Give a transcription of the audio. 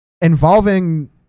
involving